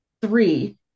three